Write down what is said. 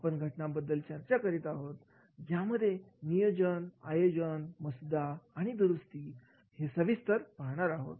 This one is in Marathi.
आपण घटनांबद्दल चर्चा करणार आहोत यामध्ये नियोजनआयोजनमसुदाआणि दुरुस्ती हे सविस्तर पाहणार आहोत